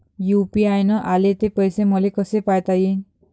UPI न आले ते पैसे मले कसे पायता येईन?